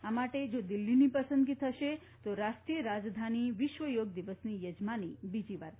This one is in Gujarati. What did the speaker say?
આ માટે જો દિલ્હીની પસંદગી થશે તો રાષ્ટ્રીય રાજધાની વિશ્વ યોગ દિવસની યજમાની બીજીવાર કરશે